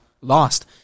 lost